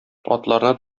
атларны